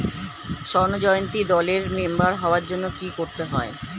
স্বর্ণ জয়ন্তী দলের মেম্বার হওয়ার জন্য কি করতে হবে?